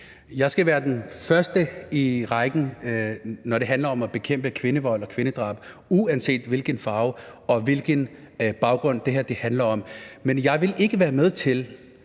Jeg skal være den første i rækken, når det handler om at bekæmpe kvindevold og kvindedrab, uanset hvilken farve og hvilken baggrund det her handler om. Men jeg vil ikke være med til